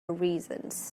reasons